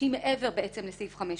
שהיא מעבר בעצם לסעיף 5(ב).